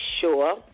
sure